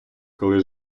коли